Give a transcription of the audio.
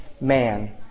man